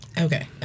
okay